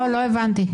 לא הבנתי.